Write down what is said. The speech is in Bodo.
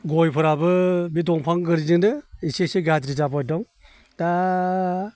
गयफोराबो बे दंफां गोज्रैनो इसे इसे गाज्रि जाबाय दं दा